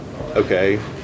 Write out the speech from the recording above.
okay